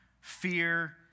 fear